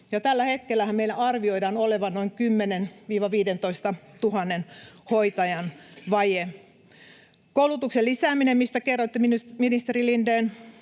tällä hetkellähän meillä arvioidaan olevan noin 10 000— 15 000 hoitajan vaje. Koulutuksen lisääminen — mistä kerroitte, ministeri Lindén,